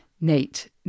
Nate